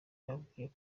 yababwiye